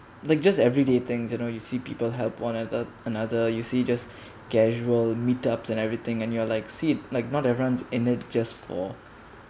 like just everyday things you know you see people help one other another you see just casual meet ups and everything and you're like see it like not everyone's in it just for